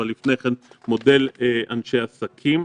אבל לפני כן מודל אנשי עסקים.